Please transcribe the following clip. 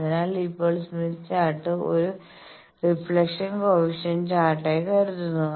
അതിനാൽ ഇപ്പോൾ Smith chart ഒരു റിഫ്ലക്ഷൻ കോയെഫിഷ്യന്റ് ചാർട്ട് ആയി കരുതുക